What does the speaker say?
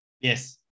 Yes